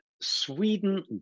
sweden